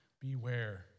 Beware